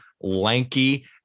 lanky